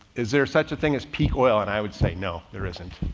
is there such a thing as peak oil? and i would say no, there isn't.